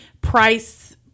price